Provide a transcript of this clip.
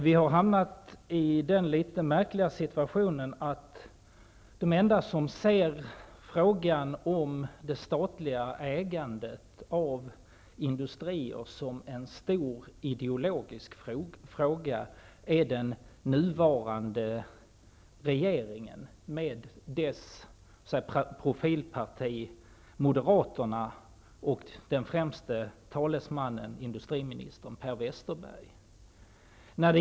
Vi har hamnat i den litet märkliga situationen att de enda som ser frågan om det statliga ägandet av industrier som en stor ideologisk fråga är den nuvarande regeringen med dess profilparti Moderaterna och den främste talesmannen i dessa frågor, industriminister Per Westerberg.